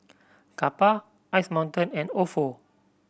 Kappa Ice Mountain and Ofo